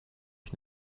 ich